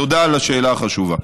תודה על השאלה החשובה.